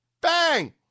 Bang